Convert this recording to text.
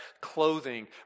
clothing